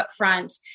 upfront